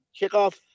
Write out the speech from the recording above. kickoff